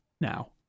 now